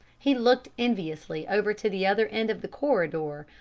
he looked enviously over to the other end of the corridor,